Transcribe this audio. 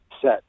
Set